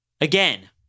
Again